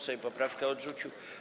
Sejm poprawkę odrzucił.